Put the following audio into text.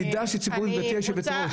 אני רוצה